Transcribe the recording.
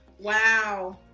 wow,